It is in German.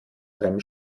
rem